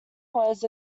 was